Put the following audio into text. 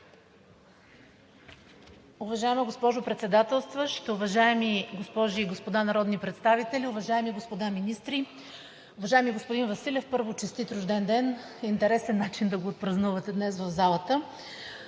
Уважаема госпожо Председателстващ, уважаеми госпожи и господа народни представители, уважаеми господа министри! Уважаеми господин Василев, първо, честит рожден ден! Интересен начин да го отпразнувате днес в залата.